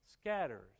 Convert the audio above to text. scatters